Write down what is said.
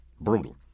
brutal